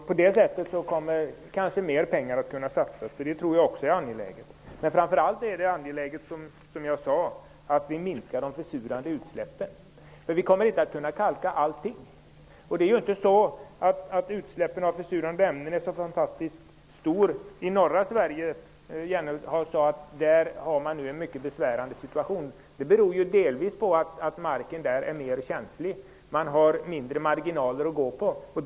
På den vägen kommer kanske mer pengar att kunna satsas, och jag tror också att det är angeläget. Framför allt är det, som jag sade, angeläget att vi minskar de försurande utsläppen. Vi kommer inte att kunna kalka bort hela försurningen. Utsläppen av försurande ämnen är inte så väldigt stora i norra Sverige. Jennehag sade att man där nu har en mycket besvärande situation. Det beror delvis på att marken där är känsligare och att man där följaktligen har mindre marginaler.